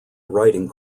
writing